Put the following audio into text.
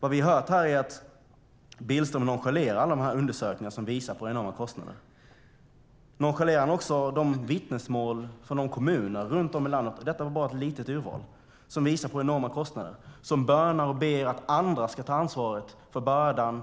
Vad vi har hört här är att Billström nonchalerar alla de här undersökningarna som visar på enorma kostnader. Nonchalerar han också vittnesmålen från de kommuner runt om i landet - och detta var bara ett litet urval - som visar på enorma kostnader, som bönar och ber att andra ska ta ansvar för bördan?